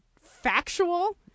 factual